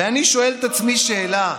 ואני שואל את עצמי שאלה: